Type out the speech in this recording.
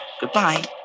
Goodbye